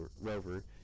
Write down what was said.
rover